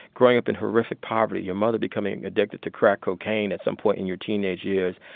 growing up in horrific poverty, your mother becoming addicted to crack cocaine at some point in your teenage years,